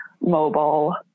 mobile